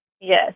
Yes